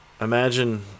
Imagine